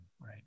right